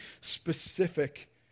specific